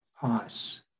pause